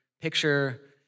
Picture